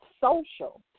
Social